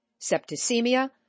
septicemia